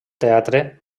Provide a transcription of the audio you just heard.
teatre